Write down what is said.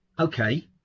Okay